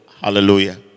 Hallelujah